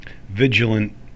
vigilant